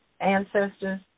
ancestors